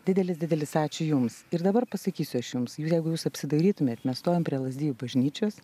didelis didelis ačiū jums ir dabar pasakysiu aš jums jeigu jūs apsidairytumėt mes stovim prie lazdijų bažnyčios